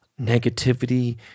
negativity